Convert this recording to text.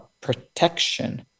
protection